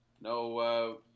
No